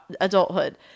adulthood